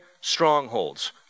strongholds